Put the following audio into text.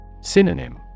Synonym